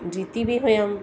जीती बि हुअमि